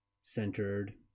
centered